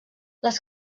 les